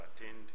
attained